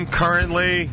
currently